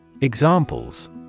Examples